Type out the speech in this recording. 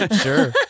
Sure